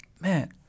man